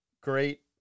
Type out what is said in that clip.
great